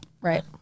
Right